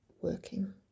working